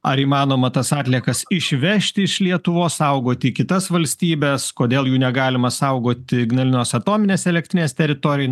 ar įmanoma tas atliekas išvežti iš lietuvos saugoti į kitas valstybes kodėl jų negalima saugoti ignalinos atominės elektrinės teritorijoj